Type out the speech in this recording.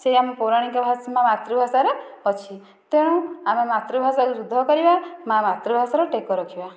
ସେ ଆମ ପୌରାଣିକ ଭାଷା ବା ମାତୃଭାଷାରେ ଅଛି ତେଣୁ ଆମେ ମାତୃଭାଷାକୁ ରୁଦ୍ଧ କରିବା ବା ମାତୃଭାଷାର ଟେକ ରଖିବା